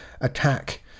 attack